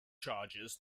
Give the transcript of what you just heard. charges